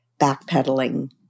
backpedaling